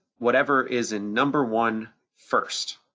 whatever is in number one first.